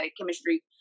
chemistry